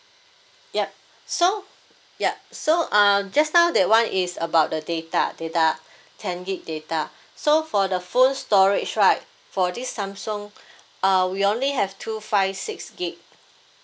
yup so yup so uh just now that one is about the data data ten gig data so for the phone storage right for this samsung uh we only have two five six gig